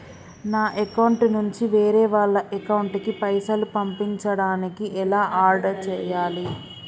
నా అకౌంట్ నుంచి వేరే వాళ్ల అకౌంట్ కి పైసలు పంపించడానికి ఎలా ఆడ్ చేయాలి?